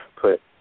put